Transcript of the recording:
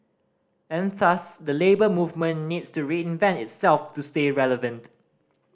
and thus the Labour Movement needs to reinvent itself to stay relevant